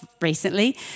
recently